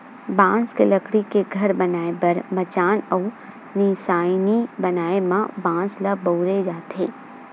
बांस के लकड़ी के घर बनाए बर मचान अउ निसइनी बनाए म बांस ल बउरे जाथे